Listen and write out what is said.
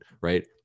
right